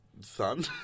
son